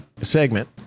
segment